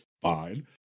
fine